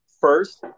First